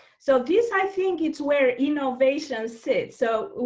so, this i think, it's where innovation sits. so,